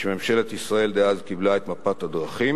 כשממשלת ישראל דאז קיבלה את מפת הדרכים.